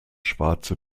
schwarze